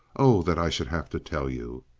oh that i should have to tell you!